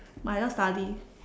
might as well study